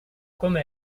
come